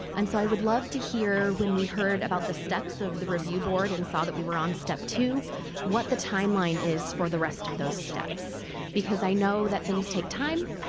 and so i would love to hear when we heard about the steps of the review board and saw that we were on step two what the timeline timeline is for the rest of those steps because i know that things take time,